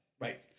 Right